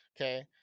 okay